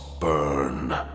burn